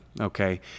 Okay